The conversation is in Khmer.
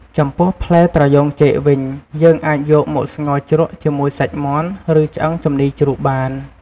ចំពោះ ផ្លែត្រយូងចេកវិញ យើងអាចយកមកស្ងោជ្រក់ជាមួយសាច់មាន់ ឬឆ្អឹងជំនីរជ្រូកបាន។